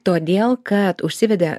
todėl kad užsivedė